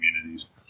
communities